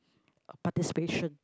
participations